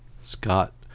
Scott